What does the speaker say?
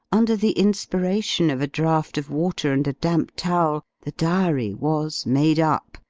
under the inspiration of a draught of water and a damp towel, the diary was made up,